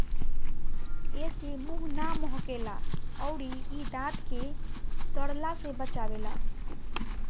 एसे मुंह ना महके ला अउरी इ दांत के सड़ला से बचावेला